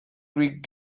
greek